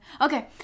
Okay